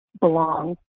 belong